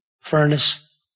furnace